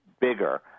bigger